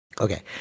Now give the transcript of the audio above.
Okay